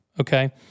okay